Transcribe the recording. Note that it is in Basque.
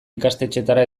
ikastetxera